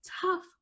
tough